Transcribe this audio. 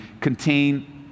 contain